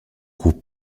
groupe